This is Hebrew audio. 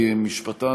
כמשפטן,